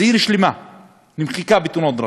זו עיר שלמה שנמחקה בתאונות דרכים.